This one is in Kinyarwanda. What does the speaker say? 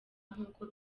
nkuko